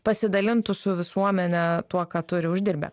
pasidalintų su visuomene tuo ką turi uždirbę